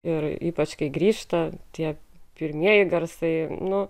ir ypač kai grįžta tie pirmieji garsai nu